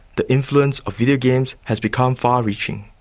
the influence of videogames has become far-reaching,